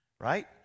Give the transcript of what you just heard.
right